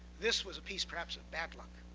this was a piece, perhaps, of bad luck.